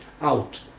out